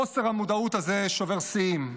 חוסר המודעות הזה שובר שיאים.